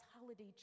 holiday